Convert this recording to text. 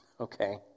okay